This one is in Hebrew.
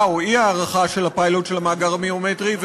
או אי-הארכה של הפיילוט של המאגר הביומטרי,